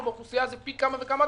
שלו באוכלוסייה זה פי כמה וכמה,